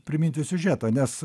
priminti siužetą nes